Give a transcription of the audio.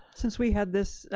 since we had this,